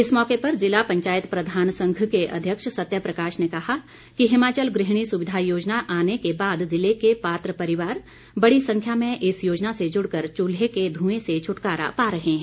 इस मौके पर ज़िला पंचायत प्रधान संघ के अध्यक्ष सत्यप्रकाश ने कहा कि हिमाचल गृहणी सुविधा योजना आने के बाद जिले के पात्र परिवार बड़ी संख्या में इस योजना से जुड़कर चुल्हे के ध्यएं से छुटकारा पा रहे हैं